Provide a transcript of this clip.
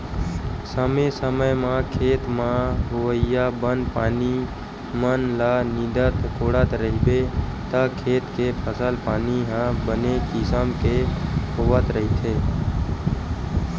समे समे म खेत म होवइया बन पानी मन ल नींदत कोड़त रहिबे त खेत के फसल पानी ह बने किसम के होवत रहिथे